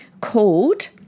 called